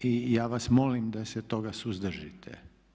i ja vas molim da se toga suzdržite.